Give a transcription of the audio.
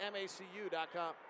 macu.com